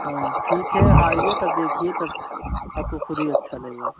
हाँ ठीक है आइए तब देखिए तब आपको ख़ुद ही अच्छा लगेगा